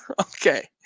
Okay